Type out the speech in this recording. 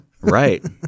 Right